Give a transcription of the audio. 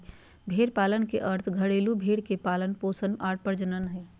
भेड़ पालन के अर्थ घरेलू भेड़ के पालन पोषण आर प्रजनन से हइ